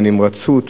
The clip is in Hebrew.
בנמרצות,